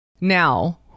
Now